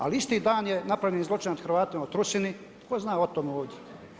Ali isti dan je napravljen zločin nad Hrvatima u Trusini, tko zna o tome ovdje.